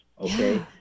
Okay